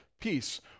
peace